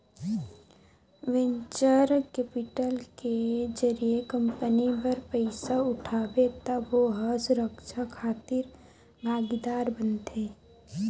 venture capital के जरिए company बर पइसा उठाबे त ओ ह सुरक्छा खातिर भागीदार बनथे